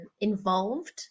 involved